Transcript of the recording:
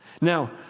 Now